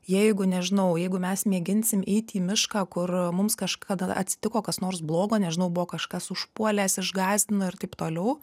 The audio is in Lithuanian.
jeigu nežinau jeigu mes mėginsim eiti į mišką kur mums kažkada atsitiko kas nors blogo nežinau buvo kažkas užpuolęs išgąsdino ir taip toliau